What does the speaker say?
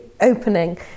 opening